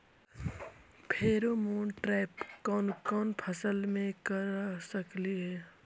Pheromone trap कोन कोन फसल मे कर सकली हे?